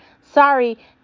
Sorry